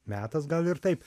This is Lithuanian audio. metas gal ir taip